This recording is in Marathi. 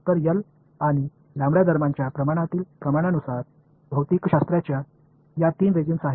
तर एल आणि दरम्यानच्या प्रमाणातील प्रमाणानुसार भौतिकशास्त्राच्या या तीन रेजिम्स आहेत